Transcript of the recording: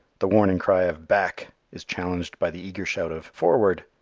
the warning cry of back is challenged by the eager shout of forward!